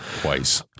Twice